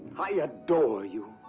i adore you!